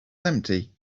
empty